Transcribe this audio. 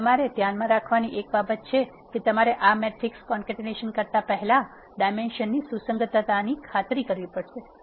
તેથી તમારે ધ્યાનમાં રાખવાની એક બાબત એ છે કે તમારે આ મેટ્રિક્સ કોન્કેટેનેશન કરતા પહેલાં ડાઇમેન્શન ની સુસંગતતાની ખાતરી કરવી પડશે